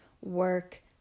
work